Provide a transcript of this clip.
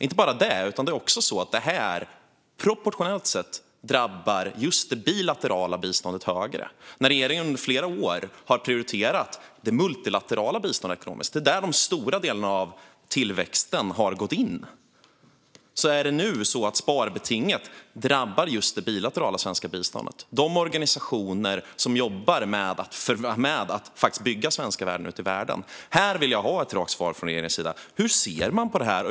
Det är dessutom så att detta proportionellt sett drabbar just det bilaterala biståndet högre. Regeringen har under flera år prioriterat det multilaterala biståndet ekonomiskt. Det är där de stora delarna av tillväxten skett. Nu är det så att sparbetinget drabbar just det bilaterala svenska biståndet och de organisationer som jobbar med att bygga svenska värden ute i världen. Här vill jag ha raka svar från regeringens sida. Hur ser man på det här?